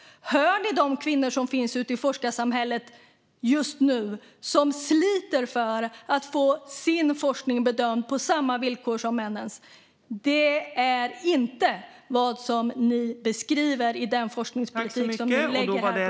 Hör ni de kvinnor i forskarsamhället som just nu sliter för att få sin forskning bedömd på samma villkor som männens? Det är inte vad ni beskriver i den forskningspolitik som ni driver här.